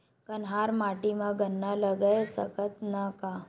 कन्हार माटी म गन्ना लगय सकथ न का?